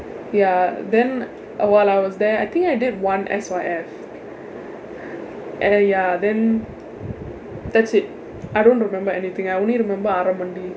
ya then uh while I was there I think I did one S_Y_F and then ya then that's it I don't remember anything I only remember arai mandi mandi